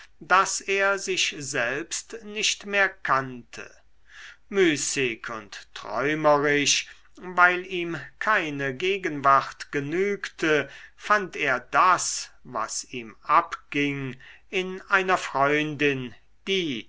daß er sich selbst nicht mehr kannte müßig und träumerisch weil ihm keine gegenwart genügte fand er das was ihm abging in einer freundin die